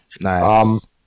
Nice